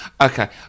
okay